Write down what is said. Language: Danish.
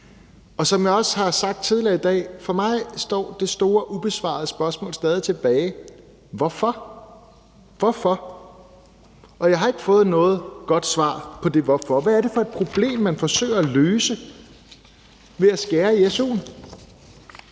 Som jeg også har sagt tidligere i dag, står det store ubesvarede spørgsmål stadig tilbage for mig: Hvorfor? Og jeg har ikke fået noget godt svar på det »hvorfor«. Hvad er det for et problem, man forsøger at løse ved at skære i su'en?